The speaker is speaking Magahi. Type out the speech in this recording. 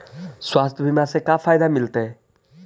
स्वास्थ्य बीमा से का फायदा मिलतै?